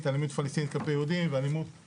"אלימות פלסטינית כלפי יהודים"